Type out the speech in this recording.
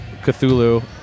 Cthulhu